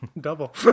double